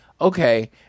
okay